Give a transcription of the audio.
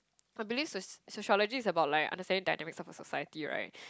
I believe soc~ sociology is about like understanding dynamics of a society right